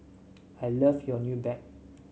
I love your new bag